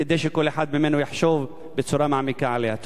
כדי שכל אחד מאתנו יחשוב בצורה מעמיקה עליה.